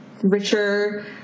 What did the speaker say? richer